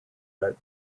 wrote